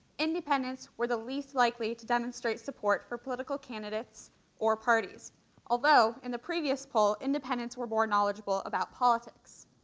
independents were the least likely to demonstrate support for political candidates or parties although in the previous poll independents were more knowledgeable about politics.